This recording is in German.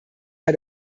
bei